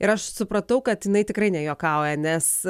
ir aš supratau kad jinai tikrai nejuokauja nes